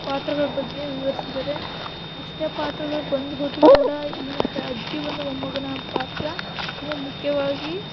ಪಾತ್ರಗಳ ಬಗ್ಗೆ ವಿವರ್ಸಿದ್ದಾರೆ ಎಷ್ಟೇ ಪಾತ್ರಗಳು ಬಂದು ಹೋದ್ರೂ ಕೂಡ ಈ ಮತ್ತು ಅಜ್ಜಿ ಒಂದು ಮೊಮ್ಮಗನ ಪಾತ್ರ ತುಂಬ ಮುಖ್ಯವಾಗಿ